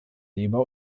leber